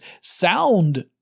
sound